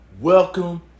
welcome